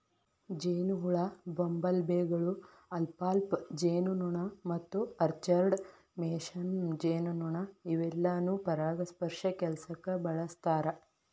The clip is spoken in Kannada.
ಜೇನಹುಳ, ಬಂಬಲ್ಬೇಗಳು, ಅಲ್ಫಾಲ್ಫಾ ಜೇನುನೊಣ ಮತ್ತು ಆರ್ಚರ್ಡ್ ಮೇಸನ್ ಜೇನುನೊಣ ಇವೆಲ್ಲಾನು ಪರಾಗಸ್ಪರ್ಶ ಕೆಲ್ಸಕ್ಕ ಬಳಸ್ತಾರ